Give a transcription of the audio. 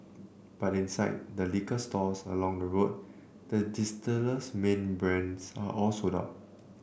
but inside the liquor stores along the road the distiller's main brands are all sold out